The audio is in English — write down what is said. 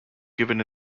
given